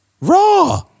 raw